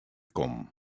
kommen